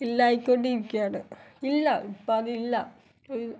ഇല്ലാതായിക്കൊണ്ടിരിക്കുകയാണ് ഇല്ല ഇപ്പം അതില്ല